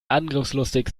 angriffslustig